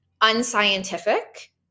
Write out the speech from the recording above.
unscientific